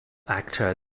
actor